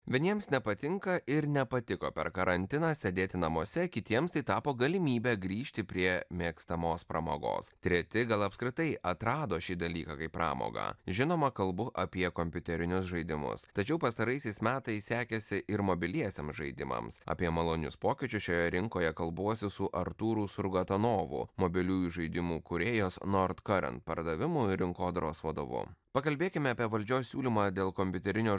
vieniems nepatinka ir nepatiko per karantiną sėdėti namuose kitiems tai tapo galimybe grįžti prie mėgstamos pramogos treti gal apskritai atrado šį dalyką kaip pramogą žinoma kalbu apie kompiuterinius žaidimus tačiau pastaraisiais metais sekėsi ir mobiliesiems žaidimams apie malonius pokyčius šioje rinkoje kalbuosi su artūru surgatonovu mobiliųjų žaidimų kūrėjas nord karant pardavimų ir rinkodaros vadovu pakalbėkime apie valdžios siūlymą dėl kompiuterinio